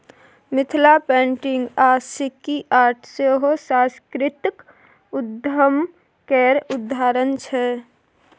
Mithila painting आ सिक्की art सेहो सास्कृतिक उद्यम केर उदाहरण छै